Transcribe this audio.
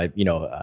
um you know,